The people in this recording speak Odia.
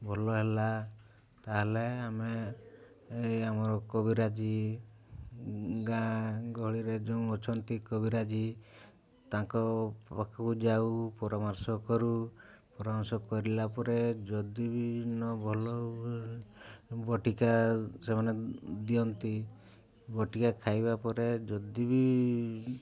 ଭଲ ହେଲା ତାହେଲେ ଆମେ ଆମର କବିରାଜି ଗାଁ ଗହଳିରେ ଯୋଉ ଅଛନ୍ତି କବିରାଜି ତାଙ୍କ ପାଖକୁ ଯାଉ ପରାମର୍ଶ କରୁ ପରାମର୍ଶ କରିଲା ପରେ ଯଦି ବି ନ ଭଲ ବଟିକା ସେମାନେ ଦିଅନ୍ତି ବଟିକା ଖାଇବା ପରେ ଯଦି ବି